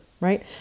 right